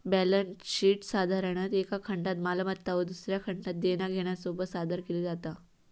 balance शीटसाधारणतः एका खंडात मालमत्ता व दुसऱ्या खंडात देना घेण्यासोबत सादर केली जाता